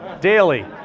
daily